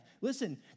Listen